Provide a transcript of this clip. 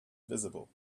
visible